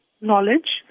knowledge